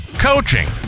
coaching